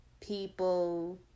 people